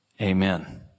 Amen